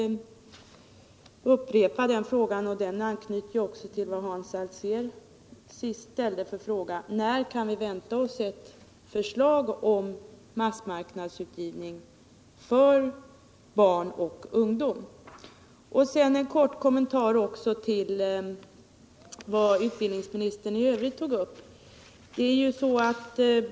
Jag vill upprepa min fråga och anknyter den också till Hans Alséns senast ställda fråga: När kan vi vänta oss ett förslag om massmarknadsutgivning för barn och ungdom? Sedan en kort kommentar till vad utbildningsministern i övrigt tog upp.